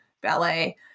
ballet